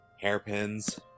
Hairpins